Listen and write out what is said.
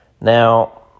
Now